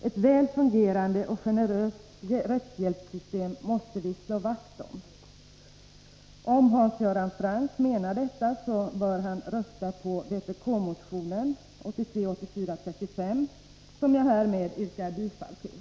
Ett väl fungerande och generöst rättshjälpssystem måste vi slå vakt om.” Om Hans Göran Franck menar detta bör han rösta på vpk-motionen 35, som jag härmed yrkar bifall till.